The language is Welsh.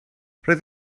roedd